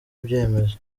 ibyemezo